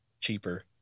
cheaper